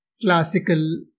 classical